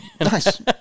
Nice